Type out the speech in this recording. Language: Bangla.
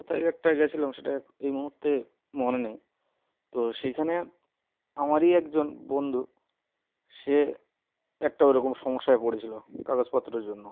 কোথায় একটা গেছিলাম সেটা এই মুহূর্তে মনে নেই তো সেইখানে আমারই একজন বন্ধু সে একটা ওইরকম সমস্যায় পড়েছিল কাগজপত্রের জন্য